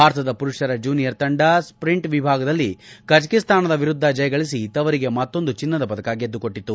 ಭಾರತದ ಮರುಷರ ಜೂನಿಯರ್ ತಂಡ ಸ್ವಿಂಟ್ ವಿಭಾಗದಲ್ಲಿ ಕಜಕಸ್ಥಾನ ವಿರುದ್ದ ಜಯಗಳಿಸಿ ತವರಿಗೆ ಮತ್ತೊಂದು ಚಿನ್ನದ ಪದಕ ಗೆದ್ದುಕೊಟ್ಟಿತು